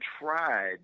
tried